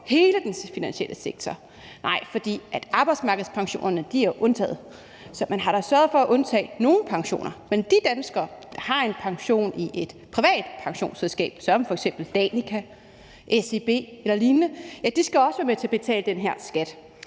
hele den finansielle sektor, nej, for arbejdsmarkedspensionerne er undtaget, så man har da sørget for at undtage nogle pensioner. Men de danskere, der har en pension i et privat pensionsselskab som f.eks. Danica, SEB eller lignende, skal også være med til at betale den her skat.